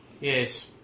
Yes